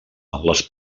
les